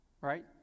Right